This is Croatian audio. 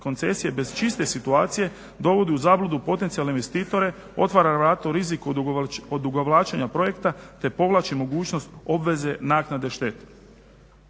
koncesije bez čiste situacije dovodi u zabludu potencijalne investitore, otvara eventualni rizik od odugovlačenja projekta, te povlači mogućnost obveze naknade štete.